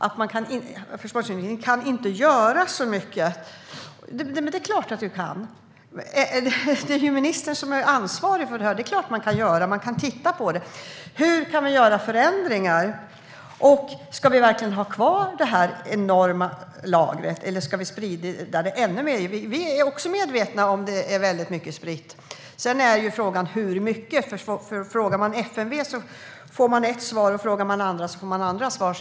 Försvarsministern säger att han inte kan göra så mycket. Det är klart att ministern kan. Det är ju ministern som är ansvarig för detta. Man kan titta på hur man kan göra förändringar. Ska man ha kvar detta enorma lager, eller ska man sprida ut det ännu mer? Vi är också medvetna om att det är utspritt. Men frågan är hur mycket? Frågar jag FMV får jag ett svar, och frågar jag andra får jag andra svar.